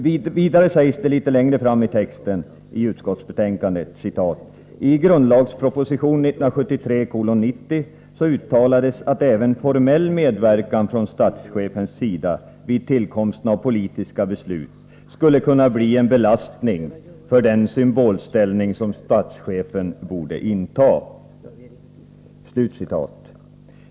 Litet längre fram i texten sägs vidare att det i grundlagspropositionen 1973:90 ”uttalades att även formell medverkan från statschefens sida vid tillkomsten av politiska beslut skulle kunna bli en belastning för den symbolställning som statschefen borde inta”.